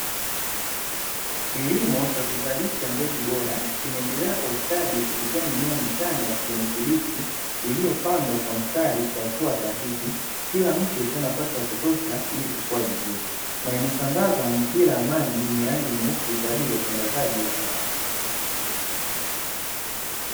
Kilimo cha kuzalisha mbegu bora kinaendelea kwa ustadi kupitia mimea michanga ya kijani kibichi iliyopandwa kwa mistari kwa hatua sahihi. Kila mche ukiwa na nafasi za kutosha ili kukua vizuri na imesambaziwa mipira ya maji yenye rangi nyeusi kwa ajili ya usambazaji wa maji.